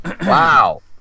Wow